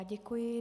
Děkuji.